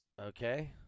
Okay